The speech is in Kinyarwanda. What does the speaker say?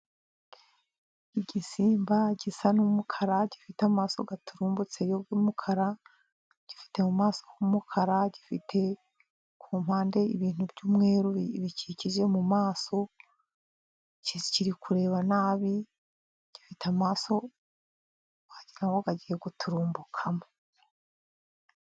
Igisimba gisa n'umukara, gifite amaso aturumbutseyo y'umukara ,gifite mu maso h'umukara, gifite ku mpande ibintu by'umweru bikikije mu maso, kiri kureba nabi, gifite amaso wagira ngo agiye guturumbukamo.